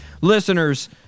listeners